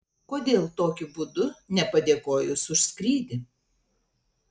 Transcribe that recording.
kodėl tokiu būdu nepadėkojus už skrydį